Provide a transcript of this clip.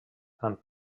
amb